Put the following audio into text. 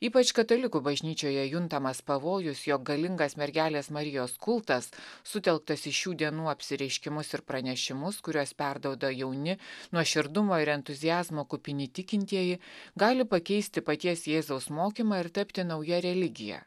ypač katalikų bažnyčioje juntamas pavojus jog galingas mergelės marijos kultas sutelktas į šių dienų apsireiškimus ir pranešimus kuriuos perduoda jauni nuoširdumo ir entuziazmo kupini tikintieji gali pakeisti paties jėzaus mokymą ir tapti nauja religija